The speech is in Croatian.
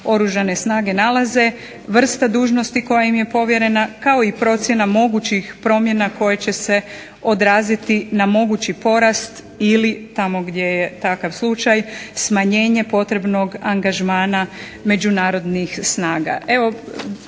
oružane snage nalaze, vrsta dužnosti koji im je povjerena kao i procjena mogućih promjena koje će se odraziti na mogući porast ili tamo gdje je takav slučaj smanjenje potrebnog angažmana međunarodnih snaga.